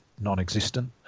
non-existent